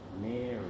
Mary